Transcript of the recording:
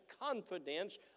confidence